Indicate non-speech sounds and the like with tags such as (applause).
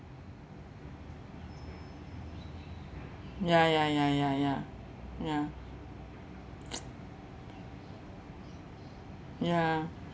ya ya ya ya ya ya (noise) ya